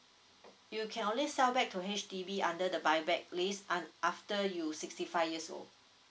you can only sell back to H_D_B under the buy back list aft~ after you're sixty five years old